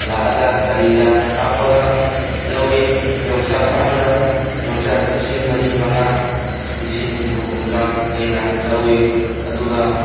ꯂꯥꯛꯑꯒ ꯒꯥꯔꯤꯗ ꯍꯥꯞꯄꯒ ꯂꯧꯏ ꯌꯣꯡꯆꯥꯛ ꯑꯃꯗ ꯌꯣꯡꯆꯥꯛ ꯂꯤꯁꯤꯡ ꯃꯔꯤ ꯃꯉꯥ ꯂꯤꯁꯤꯡ ꯍꯨꯝꯐꯨ ꯍꯨꯝꯐꯨꯇꯔꯥ ꯍꯦꯟꯅ ꯂꯧꯏ ꯑꯗꯨꯒ